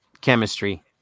chemistry